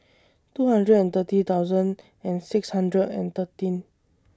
two hundred and thirty thousand and six hundred and thirteen